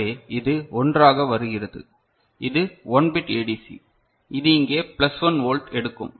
எனவே இது 1 ஆக வருகிறது இது 1 பிட் டிஏசி இது இங்கே பிளஸ் 1 வோல்ட் எடுக்கும்